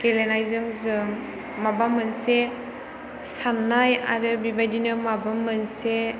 गेलेनायजों जों माबा मोनसे साननाय आरो बेबायदिनो माबा मोनसे